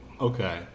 okay